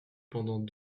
pendant